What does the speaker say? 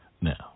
Now